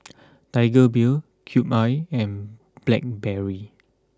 Tiger Beer Cube I and Blackberry